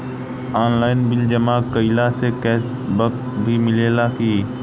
Online bill जमा कईला से कैश बक भी मिलेला की?